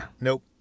Nope